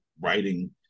writing